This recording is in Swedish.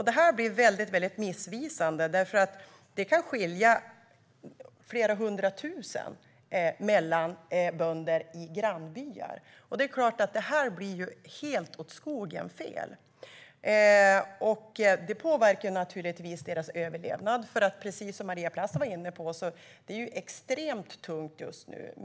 Det här blir väldigt missvisande, för det kan skilja flera hundra tusen i ersättning mellan bönder i grannbyar. Det är klart att det blir helt åt skogen fel, och det påverkar naturligtvis böndernas överlevnad. Precis som Maria Plass var inne på är det extremt tungt just nu.